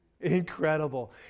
Incredible